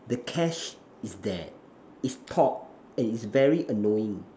the cash is that it's talk and it's very annoying